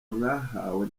mwahawe